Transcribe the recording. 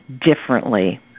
differently